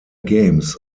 games